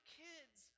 kids